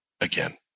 again